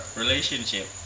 relationship